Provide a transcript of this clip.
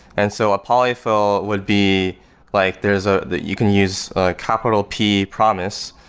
and so a polyfill would be like there's a that you can use a capital p promise,